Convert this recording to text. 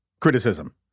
criticism